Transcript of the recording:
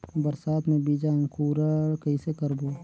बरसात मे बीजा अंकुरण कइसे करबो?